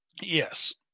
yes